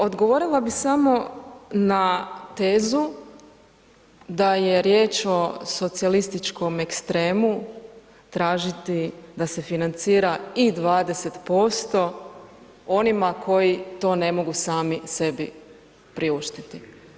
Odgovorila bi samo na tezu da je riječ o socijalističkom ekstremu tražiti da se financira i 20% onima koji to ne mogu sami sebi priuštiti.